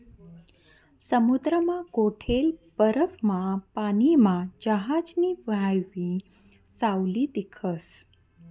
समुद्रमा गोठेल बर्फमाना पानीमा जहाजनी व्हावयी सावली दिखस